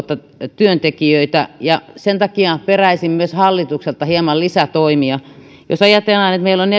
työntekijöitä sen takia peräisin myös hallitukselta hieman lisätoimia jos ajatellaan että meillä on